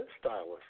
stylist